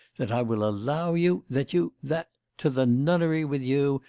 that i will allow you that you that to the nunnery with you,